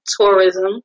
tourism